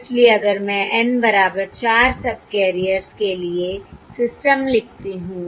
इसलिए अगर मैं N बराबर 4 सबकैरियर्स के लिए सिस्टम लिखती हूं